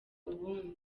ubundi